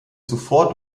zuvor